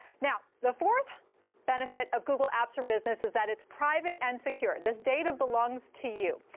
now, the fourth benefit of google apps for business is that it's private and secure. this data belongs to you.